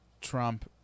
Trump